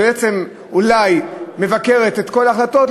שאולי מבקרת את כל ההחלטות,